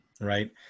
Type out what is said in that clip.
right